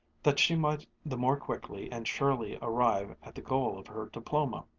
that she might the more quickly and surely arrive at the goal of her diploma.